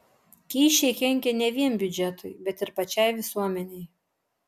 kyšiai kenkia ne vien biudžetui bet ir pačiai visuomenei